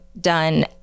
done